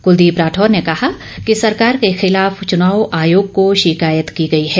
कलदीप राठौर ने कहा कि सरकार के खिलाफ चनाव आयोग को शिकायत की गई है